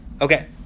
Okay